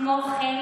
כמו כן,